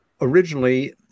originally